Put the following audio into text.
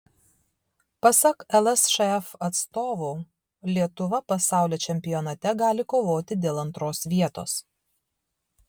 pasak lsšf atstovų lietuva pasaulio čempionate gali kovoti dėl antros vietos